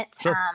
Sure